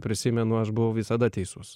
prisimenu aš buvau visada teisus